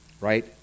right